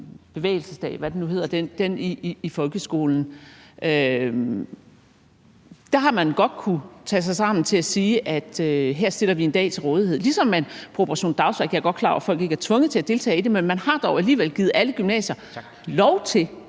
bevægelsesdag, eller hvad den nu hedder, altså den i folkeskolen? Der har man godt kunnet tage sig sammen til at sige, at her stiller man en dag til rådighed, ligesom man i forbindelse med Operation Dagsværk – jeg er godt klar over, at folk ikke er tvunget til at deltage i det – har givet alle gymnasier lov til